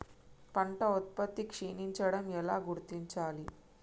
పంట ఉత్పత్తి క్షీణించడం ఎలా గుర్తించాలి?